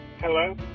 Hello